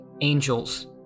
angels